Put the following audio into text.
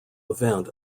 event